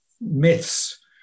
myths